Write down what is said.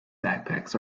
backpacks